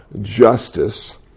justice